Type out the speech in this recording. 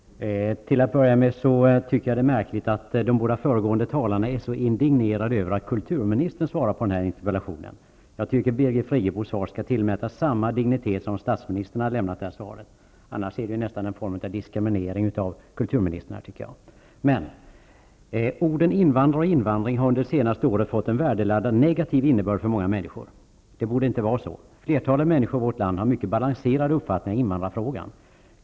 Herr talman! Till att börja med tycker jag att det är märkligt att de båda föregående talarna är så indignerade över att kulturministern svarade på interpellationen. Jag tycker att Birgit Friggebos svar skall tillmätas samma dignitet som om statsministern lämnat svaret. Annars är det ju nästan en form av diskriminering av kulturministern. Orden invandrare och invandring har under det senaste året fått en värdeladdad negativ innebörd för många människor. Det borde inte vara så. Flertalet människor i vårt land har mycket balanserade uppfattningar i invandrarfrågan.